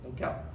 okay